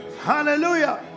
Hallelujah